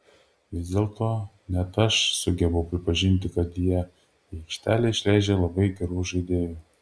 vis dėlto net aš sugebu pripažinti kad jie į aikštę išleidžia labai gerų žaidėjų